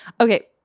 Okay